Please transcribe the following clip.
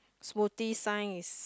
smoothie sign is